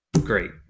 great